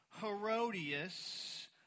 Herodias